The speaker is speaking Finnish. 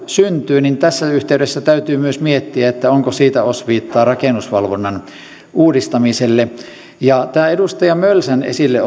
syntyy niin tässä yhteydessä täytyy myös miettiä onko siitä osviittaa rakennusvalvonnan uudistamiselle ja edustaja mölsä otti esille